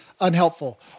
unhelpful